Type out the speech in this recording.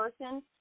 person